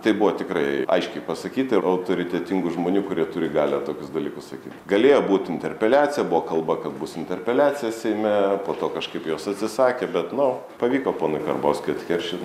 tai buvo tikrai aiškiai pasakyta ir autoritetingų žmonių kurie turi galią tokius dalykus sakyt galėjo būt interpeliacija buvo kalba kad bus interpeliacija seime po to kažkaip jos atsisakė bet nu pavyko ponui karbauskiui atkeršyt